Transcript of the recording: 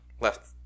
left